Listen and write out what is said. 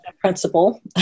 principal